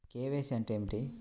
KYC అంటే ఏమి?